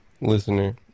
listener